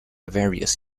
various